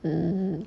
mm